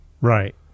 Right